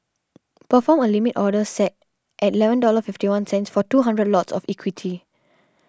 perform a Limit Order set at eleven dollar fifty one cents for two hundred lots of equity